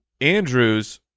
Andrews